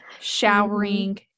showering